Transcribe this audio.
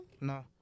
No